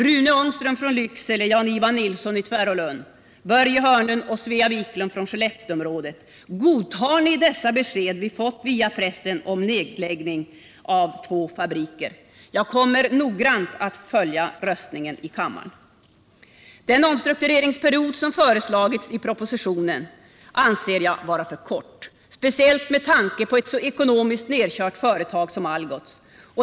Rune Ångström från Lycksele, Jan-Ivan Nilsson i Tvärålund, Börje Hörnlund och Svea Wiklund från Skellefteåområdet: Godtar ni dessa besked som vi fått via pressen om nedläggning av två fabriker? Jag kommer noggrant att följa röstningen i kammaren. Den omstruktureringsperiod som föreslagits i propositionen anser jag vara för kort, speciellt för ett ekonomiskt så nedkört företag som Algots.